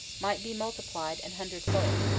might be multi plied an hundredfold,